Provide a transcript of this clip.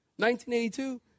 1982